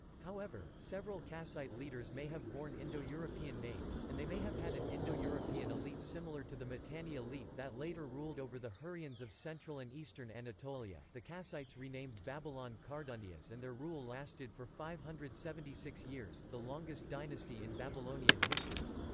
however, several kassite leaders may have borne indo-european names, and they may have had an indo-european elite similar to the mitanni elite that later ruled over the hurrians of central and eastern anatolia the kassites renamed babylon kardunias and their rule lasted for five hundred and seventy six years, the longest dynasty in babylonian history.